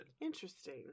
Interesting